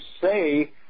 say